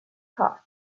hot